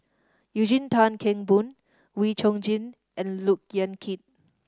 Eugene Tan Kheng Boon Wee Chong Jin and Look Yan Kit